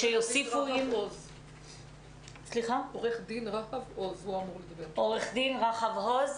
עורך דין רהב עוז,